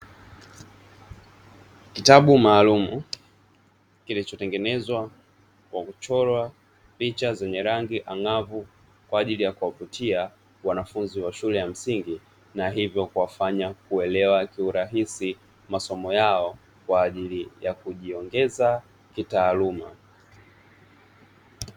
Kitabu maalumu kilichotengenezwa kwa kuchorwa picha zenye rangi ang'avu, kwaajili ya kuwavutia wanafunzi wa shule ya msingi na hivyo kuwafanya kuelewa kiurahisi masomo yao, kwaajili ya kujiongeza kitaaluma.